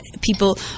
people